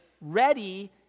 ready